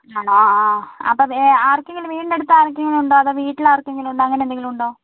ആ അപ്പം ഏ ആർക്കെങ്കിലും വീട്ടിൻ്റെ അടുത്ത് ആർക്കെങ്കിലും ഉണ്ടോ അതോ വീട്ടിൽ ആർക്കെങ്കിലും ഉണ്ടോ അങ്ങനെ എന്തെങ്കിലും ഉണ്ടോ